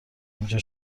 اینجا